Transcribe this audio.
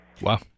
Wow